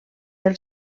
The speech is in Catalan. del